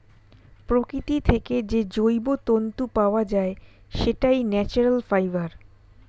প্রকৃতি থেকে যে জৈব তন্তু পাওয়া যায়, সেটাই ন্যাচারাল ফাইবার